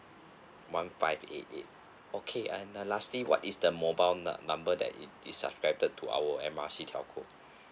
one five eight eight okay and uh lastly what is the mobile num~ number that i~ is to our M R C telco